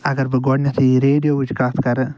اگر گۄڈٕنیٚتھٕے بہٕ ریڈیوچ کتھ کرٕ